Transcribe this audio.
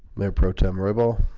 mayor pro tem ribble